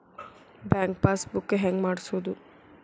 Bank pass book ಹೆಂಗ್ ಮಾಡ್ಸೋದು?